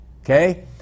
okay